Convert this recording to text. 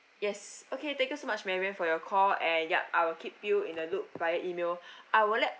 yes okay thank you so much marianne for your call and yup I will keep you in the loop via email I will let